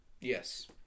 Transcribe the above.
Yes